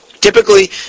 Typically